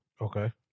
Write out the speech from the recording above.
Okay